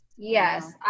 yes